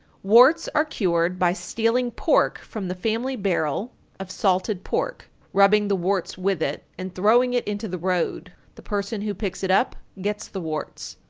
warts are cured by stealing pork from the family barrel of salted pork, rubbing the warts with it, and throwing it into the road. the person who picks it up gets the warts.